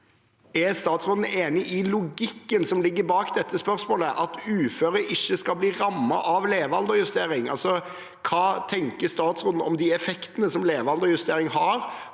Er statsråden enig i logikken som ligger bak dette spørsmålet, at uføre ikke skal bli rammet av levealdersjustering? Altså: Hva tenker statsråden om de effektene som levealdersjustering har